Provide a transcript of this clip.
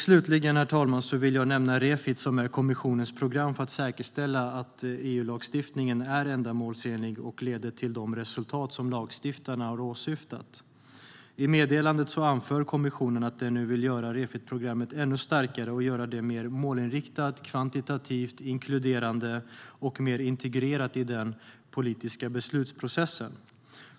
Slutligen, herr talman, vill jag nämna Refit, som är kommissionens program för att säkerställa att EU-lagstiftningen är ändamålsenlig och leder till de resultat som lagstiftarna har velat uppnå. I meddelandet anför kommissionen att den nu vill göra Refitprogrammet ännu starkare, mer målinriktat, omfattande, inkluderande och mer integrerat i den politiska beslutsprocessen.